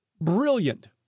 brilliant